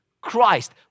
Christ